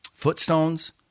Footstones